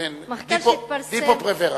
זה דיפו-פרוורה.